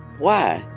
why?